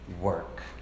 work